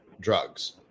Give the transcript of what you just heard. drugs